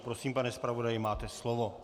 Prosím, pane zpravodaji, máte slovo.